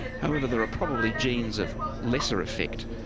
however, there are probably genes of lesser effect,